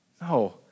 No